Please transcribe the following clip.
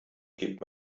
gibt